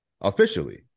officially